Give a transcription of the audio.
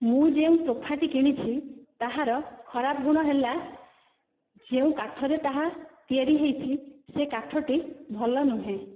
ମୁଁ ଯେଉଁ ସୋଫାଟି କିଣିଛି ତାହାର ଖରାପ ଗୁଣ ହେଲା ଯେଉଁ କାଠରେ ତାହା ତିଆରି ହୋଇଛି ସେ କାଠଟି ଭଲ ନୁହେଁ